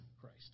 Christ